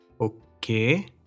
Okay